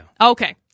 Okay